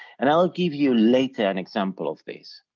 and i'll give you later an example of this.